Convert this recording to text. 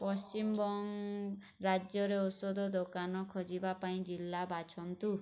ପଶ୍ଚିମବଙ୍ଗ ରାଜ୍ୟରେ ଔଷଧ ଦୋକାନ ଖୋଜିବା ପାଇଁ ଜିଲ୍ଲା ବାଛନ୍ତୁ